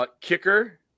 Kicker